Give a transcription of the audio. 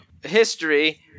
history